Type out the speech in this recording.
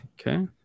Okay